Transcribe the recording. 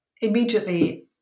Immediately